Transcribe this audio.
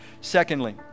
Secondly